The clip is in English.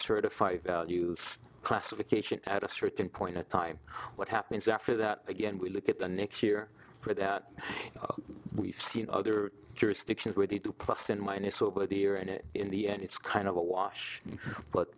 certify value classification at a certain point in time what happens after that again we look at the next year for that we see in other jurisdictions where they do plus and minus over the year and it in the end it's kind of a wash but